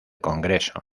congreso